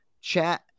chat